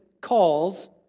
calls